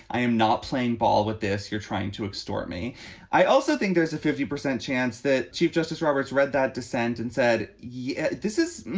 i am not playing ball with this. you're trying to extort me i also think there's a fifty percent chance that chief justice roberts read that dissent and said, yeah, this is